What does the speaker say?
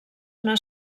una